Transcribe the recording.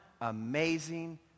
amazing